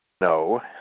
No